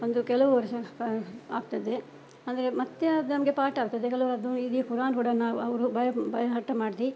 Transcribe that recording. ಒಂದು ಕೆಲವು ವರ್ಷ ಆಗ್ತದೆ ಅಂದರೆ ಮತ್ತೆ ಅದು ನಮ್ಗೆ ಪಾಠ ಆಗ್ತದೆ ಕೆಲವರದ್ದು ಇಡೀ ಕುರಾನ್ ಕೂಡ ನಾವು ಅವರು ಬೈ ಹಾರ್ಟ್ ಮಾಡಿ